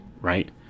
right